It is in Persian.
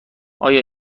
آیا